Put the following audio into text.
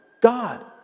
God